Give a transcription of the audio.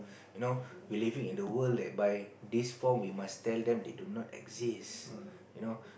you know we living in a world that by this form we must tell them they do not exist you know